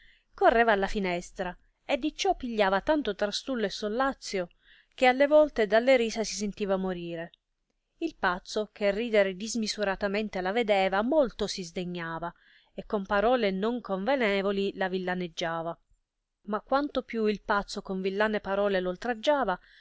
correva alla finestra e di ciò pigliava tanto trastullo e solazzio che alle volte dalle risa si sentiva morire il pazzo che ridere dismisuratamente la vedeva molto si sdegnava e con parole non convenevoli la villaneggiava ma quanto più il pazzo con villane parole l oltraggiava